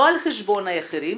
לא על חשבון אחרים,